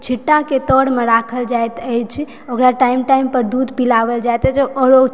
छिट्टा के तरमे राखल जाइत अछि ओकरा टाइम टाइम पर दूध पिलाओल जाइत अछि